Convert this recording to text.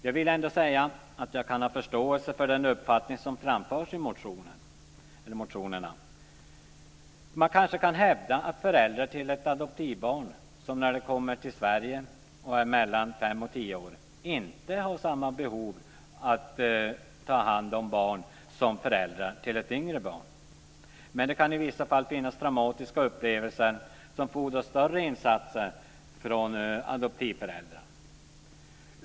Jag vill ändå säga att jag kan ha förståelse för den uppfattning som framförs i motionerna. Man kanske kan hävda att föräldrar till ett adoptivbarn, som när det kommer till Sverige är mellan fem och tio år, inte har samma behov av att ta hand om barnet som föräldrar till ett yngre barn. Men det kan i vissa fall finnas traumatiska upplevelser som fordrar större insatser från adoptivföräldrarna.